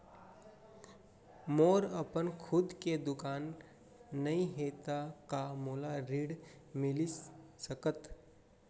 मोर अपन खुद के दुकान नई हे त का मोला ऋण मिलिस सकत?